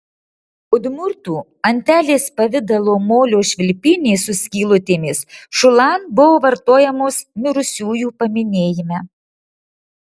udmurtų antelės pavidalo molio švilpynės su skylutėmis šulan buvo vartojamos mirusiųjų paminėjime